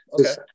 okay